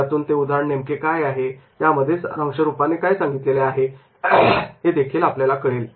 यातून ते उदाहरण नेमके काय आहे त्यामध्ये सारांश रूपाने काय सांगितलेले आहे हे आपल्याला कळेल